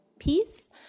peace